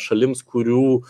šalims kurių